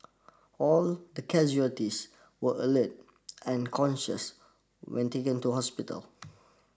all the casualties were alert and conscious when taken to hospital